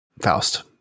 Faust